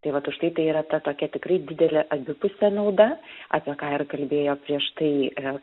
tai vat užtai tai yra tokia tikrai didelė abipusė nauda apie ką ir kalbėjo prieš tai ir